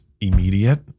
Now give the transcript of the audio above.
immediate